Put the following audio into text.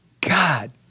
God